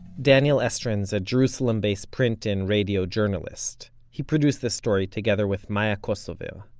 daniel estrin's a jerusalem-based print and radio journalist. he produced this story together with maya kosover.